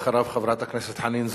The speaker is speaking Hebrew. אחריו, חברת הכנסת חנין זועבי.